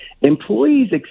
employees